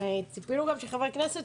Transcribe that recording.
ציפינו גם שחברי כנסת